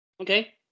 Okay